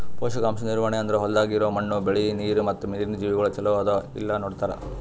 ಪೋಷಕಾಂಶ ನಿರ್ವಹಣೆ ಅಂದುರ್ ಹೊಲ್ದಾಗ್ ಇರೋ ಮಣ್ಣು, ಬೆಳಿ, ನೀರ ಮತ್ತ ನೀರಿನ ಜೀವಿಗೊಳ್ ಚಲೋ ಅದಾ ಇಲ್ಲಾ ನೋಡತಾರ್